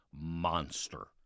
monster